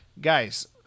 Guys